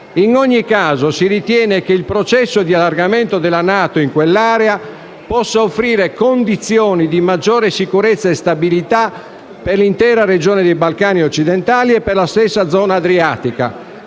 In ogni caso, si ritiene che il processo di allargamento della NATO in quell'area possa offrire condizioni di maggiore sicurezza e stabilità per l'intera regione dei Balcani occidentali e per la stessa zona adriatica,